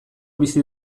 bizi